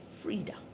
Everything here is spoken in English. freedom